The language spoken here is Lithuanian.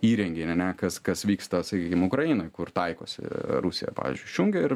įrengei ane kas kas vyksta sakykim ukrainoj kur taikosi rusija pavyzdžiui išjungia ir